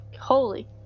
Holy